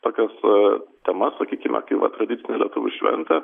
tokios a tema sakykime kaip va tradicinė lietuvių šventė